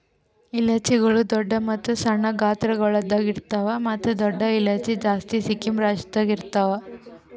ಇಲೈಚಿಗೊಳ್ ದೊಡ್ಡ ಮತ್ತ ಸಣ್ಣ ಗಾತ್ರಗೊಳ್ದಾಗ್ ಇರ್ತಾವ್ ಮತ್ತ ದೊಡ್ಡ ಇಲೈಚಿ ಜಾಸ್ತಿ ಸಿಕ್ಕಿಂ ರಾಜ್ಯದಾಗ್ ಇರ್ತಾವ್